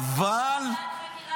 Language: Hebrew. תמנו ועדת חקירה ממלכתית.